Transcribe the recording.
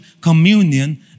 communion